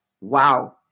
wow